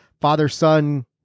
father-son